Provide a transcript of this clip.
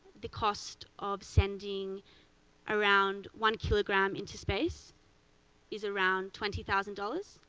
the costs of sending around one kilogram into space is around twenty thousand dollars.